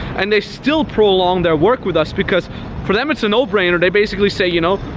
and they still prolong their work with us, because for them it's a no-brainer. they basically say, you know,